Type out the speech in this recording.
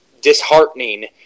disheartening